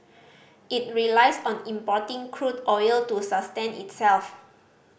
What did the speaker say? it relies on importing crude oil to sustain itself